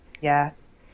yes